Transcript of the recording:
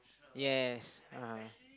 yes ah